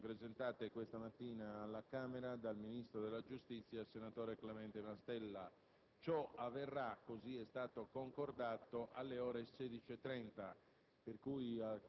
alle dimissioni presentate questa mattina alla Camera dei deputati dal ministro della giustizia, senatore Clemente Mastella. Ciò avverrà - così è stato concordato - alle ore 16,30;